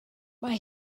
mae